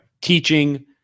teaching